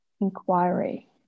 inquiry